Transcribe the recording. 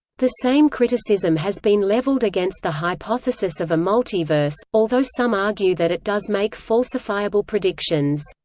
the same criticism has been leveled against the hypothesis of a multiverse, although some argue that it does make falsifiable predictions.